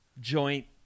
joint